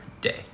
day